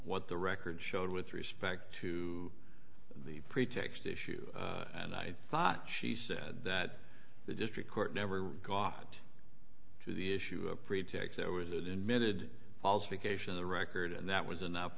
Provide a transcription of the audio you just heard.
what the record showed with respect to the pretext issue and i thought she said that the district court never got to the issue a pretext there was a limited qualification of the record and that was enough